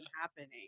happening